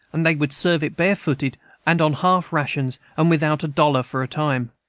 and they would serve it barefooted and on half-rations, and without a dollar for a time.